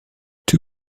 two